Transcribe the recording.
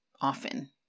often